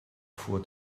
vor